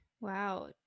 Wow